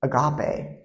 agape